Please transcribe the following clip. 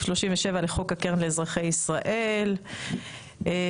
37 לחוק הקרן לאזרחי ישראל התשע"ד.